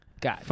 god